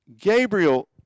Gabriel